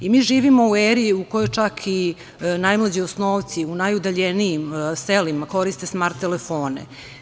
Mi živimo u eri u kojoj čak i najmlađi osnovci u najudaljenijim selima koriste smart telefone.